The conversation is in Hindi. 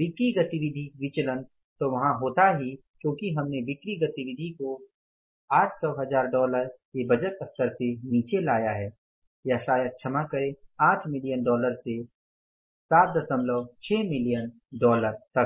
बिक्री गतिविधि विचलन तो वहा होता ही क्योंकि हमने बिक्री गतिविधि को 800000 डॉलर के बजट स्तर से नीचे लाया है या शायद क्षमा करें 8 मिलियन डॉलर से 76 मिलियन डॉलर तक